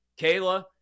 Kayla